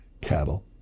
cattle